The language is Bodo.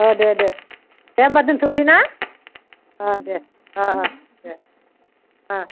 अ दे दे दे होनबा दोनथ'नोसै ना अ दे अ अ दे अ